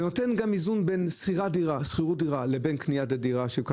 זה נותן גם איזון בשכירות דירה, לבין קניית דירה.